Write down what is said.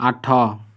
ଆଠ